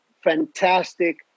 fantastic